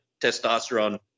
testosterone